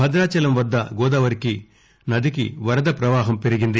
భద్రాచలం వద్ద గోదావరి నదికి వరద పవాహం పెరిగింది